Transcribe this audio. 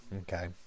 Okay